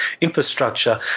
infrastructure